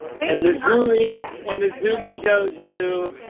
and the zoomie and zoomie goes to.